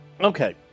Okay